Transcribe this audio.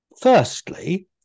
Firstly